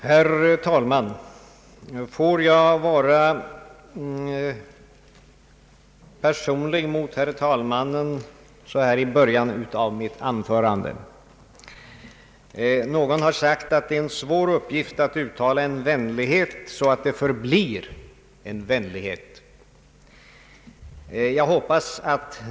Herr talman! Får jag vara personlig mot herr talmannen så här i början av mitt anförande? Någon har sagt att det är en svår uppgift att uttala en vänlighet så att det förblir en vänlighet.